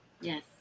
Yes